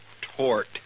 Tort